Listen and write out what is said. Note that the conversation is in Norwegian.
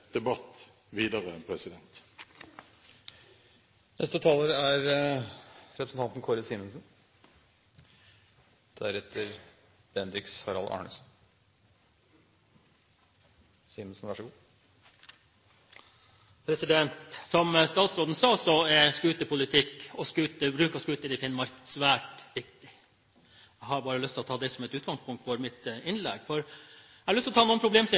debatt videre. Som statsråden sa, er scooterpolitikk og bruk av scooter i Finnmark svært viktig. Jeg har bare lyst til å ha det som et utgangspunkt for mitt innlegg. Jeg vil ta opp noen problemstillinger som vi har.